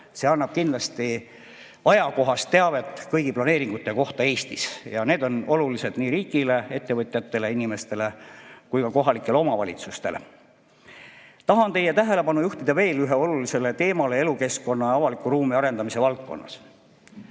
See annab kindlasti ajakohast teavet kõigi planeeringute kohta Eestis. See on oluline nii riigile, ettevõtjatele, inimestele kui ka kohalikele omavalitsustele. Tahan teie tähelepanu juhtida veel ühele olulisele teemale elukeskkonna ja avaliku ruumi arendamise valdkonnas.